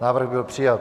Návrh byl přijat.